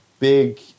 Big